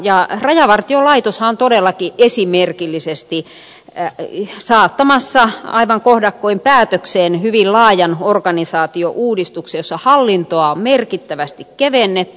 rajavartiolaitoshan on todellakin esimerkillisesti saattamassa aivan kohdakkoin päätökseen hyvin laajan organisaatiouudistuksen jossa hallintoa on merkittävästi kevennetty